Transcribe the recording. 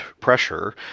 pressure